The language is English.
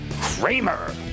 Kramer